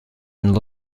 and